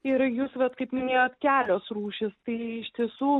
ir jūs vat kaip minėjot kelios rūšys tai iš tiesų